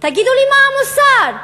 תגידו לי מה המוסר,